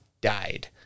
died